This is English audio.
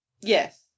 Yes